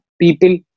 people